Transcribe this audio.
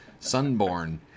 Sunborn